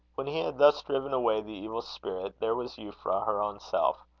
when he had thus driven away the evil spirit, there was euphra her own self.